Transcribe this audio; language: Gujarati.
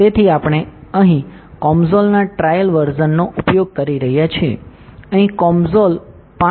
તેથી આપણે અહીં COMSOL ના ટ્રાયલ વર્ઝન નો ઉપયોગ કરી રહ્યાં છીએ અહીં COMSOL 5